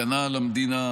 הגנה על המדינה.